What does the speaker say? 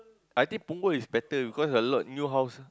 I think punggol is better because a lot new house